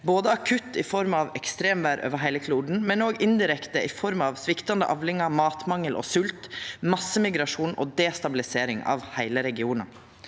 både akutt i form av ekstremvêr over heile kloden og indirekte i form av sviktande avlingar, matmangel og svolt, massemigrasjon og destabilisering av heile regionar.